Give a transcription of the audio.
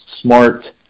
smart